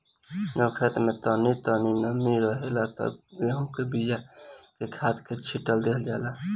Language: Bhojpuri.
जब खेत में तनी तनी नमी रहेला त गेहू के बिया के खाद के साथ छिट देवल जाला